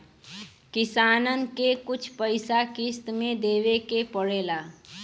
किसानन के कुछ पइसा किश्त मे देवे के पड़ेला